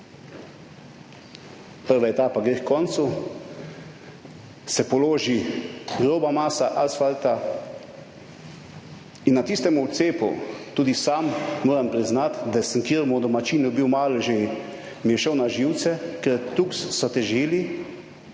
Prva etapa gre h koncu, se položi groba masa asfalta in na tistem odcepu, tudi sam moram priznati, da sem kateremu domačinu bil malo že, mi je šel na živce, ker tako so težili,